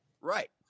Right